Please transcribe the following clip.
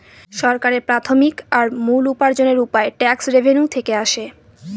সরকারের প্রাথমিক আর মূল উপার্জনের উপায় ট্যাক্স রেভেনিউ থেকে আসে